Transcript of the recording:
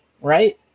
right